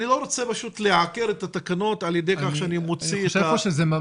אני רוצה לעקר את התקנות על ידי כך שאני מוציא את --- שלה.